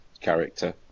character